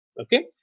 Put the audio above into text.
okay